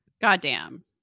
goddamn